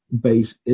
base